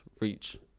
reach